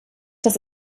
das